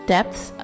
Depths